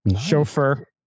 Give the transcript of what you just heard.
chauffeur